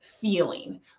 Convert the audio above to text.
feeling